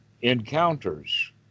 Encounters